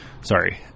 Sorry